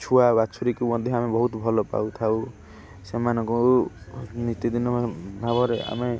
ଛୁଆ ବାଛୁରୀକୁ ମଧ୍ୟ ଆମେ ବହୁତ ଭଲ ପାଉଥାଉ ସେମାନଙ୍କୁ ନିତିଦିନ ଭାବରେ ଆମେ